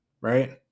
right